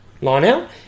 line-out